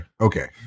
Okay